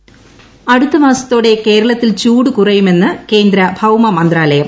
കേരളം ചൂട് അടുത്ത മാസത്തോടെ കേരളത്തിൽ ചൂട് കുറയുമെന്ന് കേ ന്ദ്ര ഭൌമ മന്ത്രാലയം